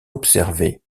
observées